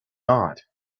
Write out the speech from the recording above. not